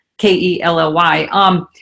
K-E-L-L-Y